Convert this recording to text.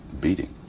beating